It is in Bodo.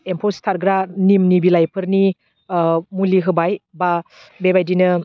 एम्फौ सिथारग्रा निमनि बिलाइफोरनि ओह मुलि होबाय बा बेबायदिनो